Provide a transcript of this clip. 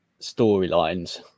storylines